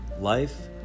Life